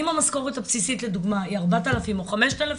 אם המשכורת הבסיסית לדוגמא היא 4000 או 5000,